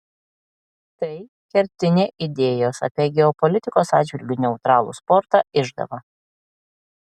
tai kertinė idėjos apie geopolitikos atžvilgiu neutralų sportą išdava